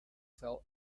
cell